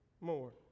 more